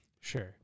Sure